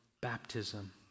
baptism